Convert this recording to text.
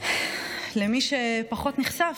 למי שפחות נחשף,